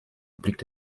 obliegt